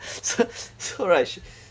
so so right she